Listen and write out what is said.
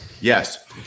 Yes